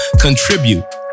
contribute